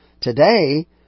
Today